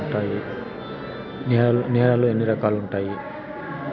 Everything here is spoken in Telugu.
నేలలు ఎన్ని రకాలు వుండాయి?